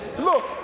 Look